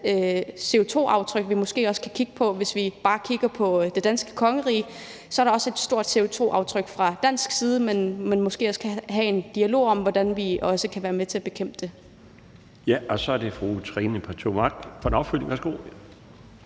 CO2-aftryk, vi måske også kan kigge på. Hvis vi bare kigger på det danske kongerige, er der også et stort CO2-aftryk fra dansk side, man måske også kan have en dialog om hvordan vi kan være med til at bekæmpe. Kl. 21:39 Den fg. formand (Bjarne Laustsen): Så er det fru Trine Pertou Mach for en opfølgning. Værsgo.